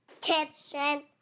kitchen